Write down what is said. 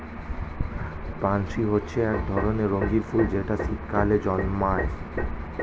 pansy হচ্ছে এক ধরনের রঙিন ফুল যেটা শীতকালে জন্মায়